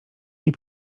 nie